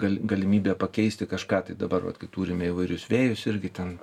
gal galimybė pakeisti kažką tai dabar vat kai turime įvairius vėjus irgi ten